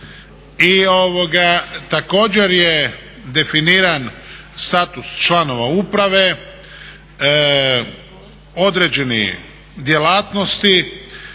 također je definiran status članova uprave, određenih djelatnosti